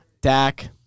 Dak